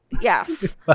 Yes